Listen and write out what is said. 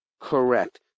Correct